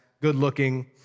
good-looking